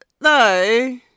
no